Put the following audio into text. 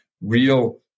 real